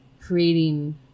creating